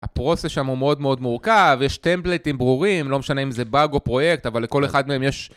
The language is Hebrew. הפרוסס שם הוא מאוד מאוד מורכב, יש טמפלייטים ברורים, לא משנה אם זה באג או פרויקט, אבל לכל אחד מהם יש...